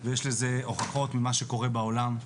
ויש לזה הוכחות ממה שקורה בעולם.